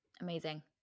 Amazing